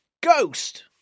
Ghost